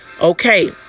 Okay